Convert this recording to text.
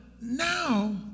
now